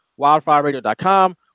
WildfireRadio.com